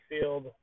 field